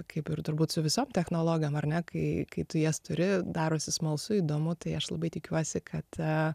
kaip ir turbūt su visom technologijom ar ne kai kai tu jas turi darosi smalsu įdomu tai aš labai tikiuosi kad